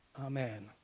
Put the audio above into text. Amen